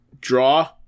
draw